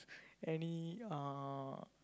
any uh